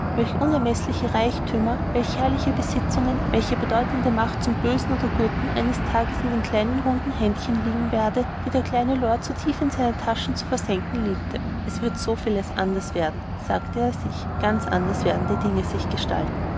welch unermeßliche reichtümer welch herrliche besitzungen welche bedeutende macht zum bösen oder guten eines tages in den kleinen runden händchen liegen werde die der kleine lord so tief in seine taschen zu versenken liebte es wird vieles anders werden sagte er sich ganz anders werden die dinge sich gestalten